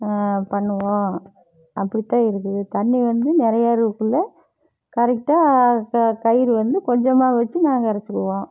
பண்ணுவோம் அப்படி தான் இருக்குது தண்ணி வந்து நிறைய இருக்கக்குள்ளே கரெக்டாக க கயிறு வந்து கொஞ்சமாக வச்சு நாங்கள் இறைச்சுருவோம்